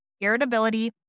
irritability